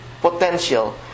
potential